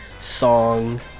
song